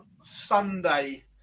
Sunday